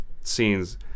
scenes